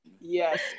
Yes